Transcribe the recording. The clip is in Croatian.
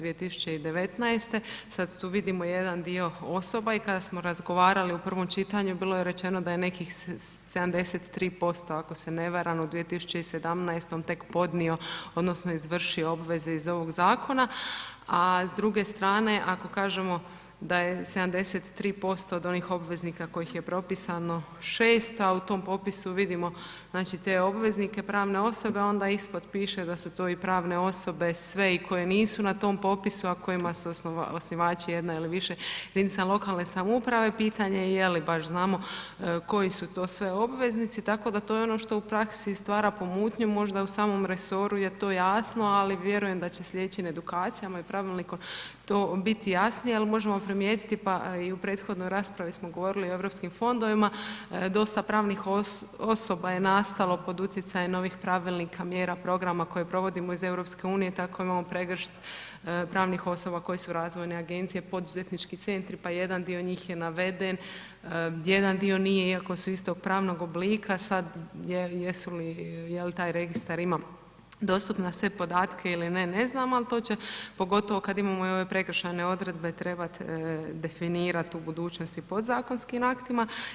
2019.,sad tu vidimo jedan dio osoba i kada smo razgovarali u prvom čitanju, bilo je rečeno da je nekih 73% ako se ne varam u 2017. tek podnio odnosno izvršio obveze iz ovog zakona a s druge strane ako kažem da je 73% od onih obveznika kojih je propisano 6 a u tom popisu vidimo znači te obveznike, pravne osobe onda ispod piše da su to i pravne osobe sve i koje nisu na tom popisu a kojima su osnivači jedna ili više jedinica lokalne samouprave, pitanje je li baš znamo koji su to sve obveznici tako da to je ono što u praksi stvara pomutnju, možda u samom resoru je to jasno ali vjerujem da će na slijedećim edukacijama i pravilnikom to biti jasnije ali možemo primijetiti pa i u prethodnoj raspravi smo govorili o europskim fondovima, dosta pravna osoba je nastalo pod utjecajem novih pravilnika, mjera, programa koje provodimo iz EU-a, tako imamo pregršt pravnih osoba koje su razvojne agencije, poduzetnički centri pa jedan dio njih je naveden, jedan dio nije iako su istog pravnog oblika, sad jel' taj registar ima dostupne sve podatke ili ne, ne znamo ali to će pogotovo kad imamo i ove prekršajne odredbe trebat definirat u budućnosti podzakonskim aktima.